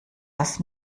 das